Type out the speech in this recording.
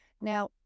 Now